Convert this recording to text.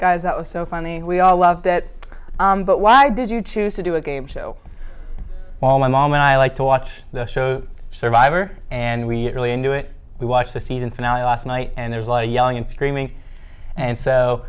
guys that was so funny we all loved it but why did you choose to do a game show all my mom and i like to watch the show survivor and we're really into it we watched the season finale last night and there's like a young and screaming and so